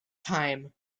time